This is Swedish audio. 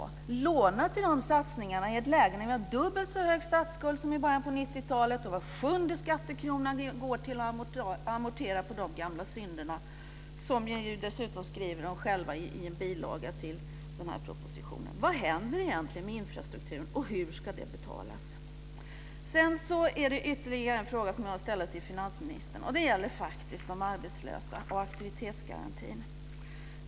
Ska ni låna till de satsningarna i ett läge när vi har dubbelt så stor statsskuld som i början på 90-talet och var sjunde skattekrona går till att amortera på de gamla synderna, som ni dessutom skriver om själva i en bilaga till denna proposition? Jag har ytterligare en fråga att ställa till finansministern. Det gäller faktiskt de arbetslösa och aktivitetsgarantin.